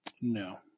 No